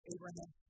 Abraham